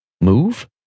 move